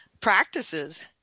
practices